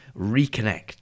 reconnect